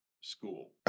School